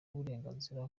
uburenganzira